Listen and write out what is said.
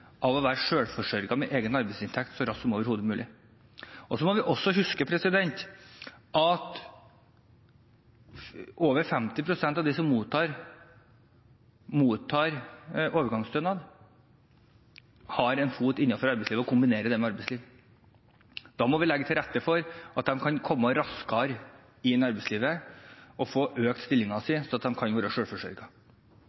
ved å være selvforsørget med egen arbeidsinntekt så raskt som overhodet mulig. Vi må også huske at over 50 pst. av dem som mottar overgangsstønad, har en fot innenfor arbeidslivet og kombinerer det med å være i arbeidslivet. Da må vi legge til rette for at de kan komme raskere inn i arbeidslivet og få økt stillingen sin, sånn at de kan være